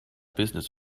business